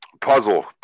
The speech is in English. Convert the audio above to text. puzzle